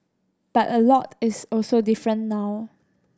but a lot is also different now